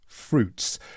fruits